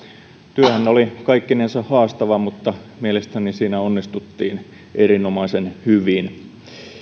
työhän oli kaikkinensa haastava mutta mielestäni siinä onnistuttiin erinomaisen hyvin